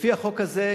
לפי החוק הזה,